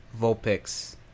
Vulpix